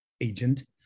agent